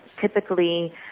typically